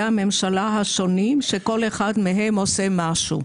הממשלה השונים שכל אחד מהם עושה משהו.